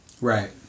Right